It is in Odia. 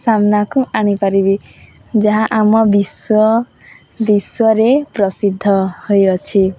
ସାମ୍ନାକୁ ଆଣିପାରିବି ଯାହା ଆମ ବିଶ୍ୱ ବିଶ୍ୱରେ ପ୍ରସିଦ୍ଧ ହୋଇଅଛି